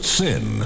sin